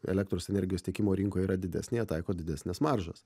elektros energijos tiekimo rinkoj yra didesnė jie taiko didesnes maržas